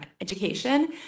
education